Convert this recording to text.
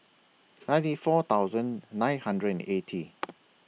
ninety four thousand nine hundred and eighty